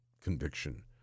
conviction